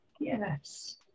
yes